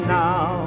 now